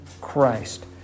Christ